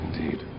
Indeed